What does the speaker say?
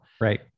Right